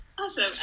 Awesome